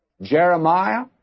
Jeremiah